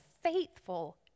faithful